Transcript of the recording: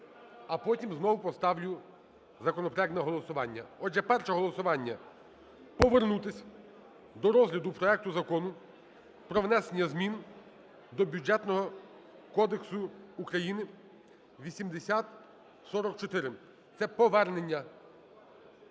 а потім знову поставлю законопроект на голосування. Отже, перше голосування: повернутись до розгляду проекту Закону про внесення змін до Бюджетного кодексу України 8044. Це повернення.